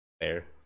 fair